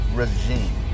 regime